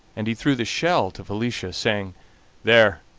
and he threw the shell to felicia, saying there,